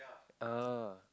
uh